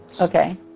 Okay